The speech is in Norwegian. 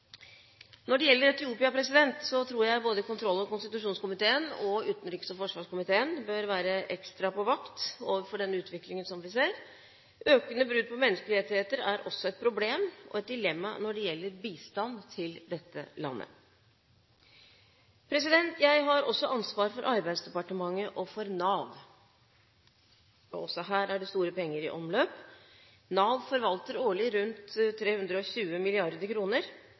Når det gjelder Etiopia, tror jeg både kontroll- og konstitusjonskomiteen og utenriks- og forsvarskomiteen bør være ekstra på vakt overfor den utviklingen som vi ser. Økende brudd på menneskerettigheter er også et problem og et dilemma når det gjelder bistand til dette landet. Jeg har også ansvar for Arbeidsdepartementet og for Nav. Også her er det store penger i omløp. Nav forvalter årlig rundt 320